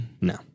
No